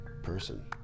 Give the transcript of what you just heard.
Person